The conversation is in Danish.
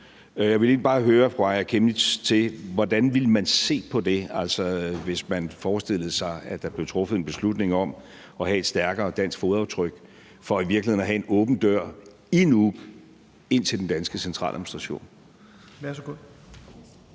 Chemnitz Larsen til, hvordan man ville se på det, hvis man forestillede sig, at der blev truffet en beslutning om at have et stærkere dansk fodaftryk for i virkeligheden at have en åben dør i Nuuk ind til den danske centraladministration.